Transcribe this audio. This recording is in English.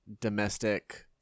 domestic